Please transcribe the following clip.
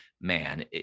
man